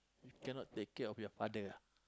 you cannot take care of your father ah